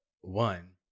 one